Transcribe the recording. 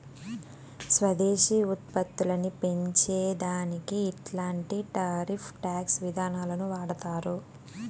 స్వదేశీ ఉత్పత్తులని పెంచే దానికి ఇట్లాంటి టారిఫ్ టాక్స్ విధానాలు వాడతారు